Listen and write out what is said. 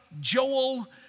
Joel